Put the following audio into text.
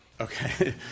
Okay